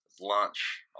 Lunch